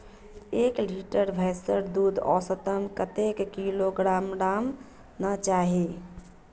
एक लीटर भैंसेर दूध औसतन कतेक किलोग्होराम ना चही?